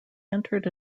entered